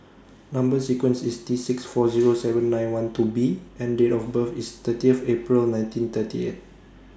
Number sequence IS T six four Zero seven nine one two B and Date of birth IS thirtith April nineteen thirty eight